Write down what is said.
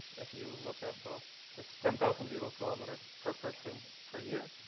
if you look at the it's ten thousand vehicle kilometers per person per year.